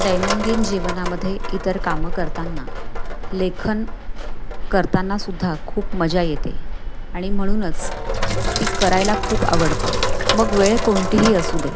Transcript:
दैनंदिन जीवनामध्ये इतर कामं करताना लेखन करतानासुद्धा खूप मजा येते आणि म्हणूनच ती करायला खूप आवडतं मग वेळ कोणतीही असू दे